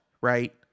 right